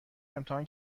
امتحان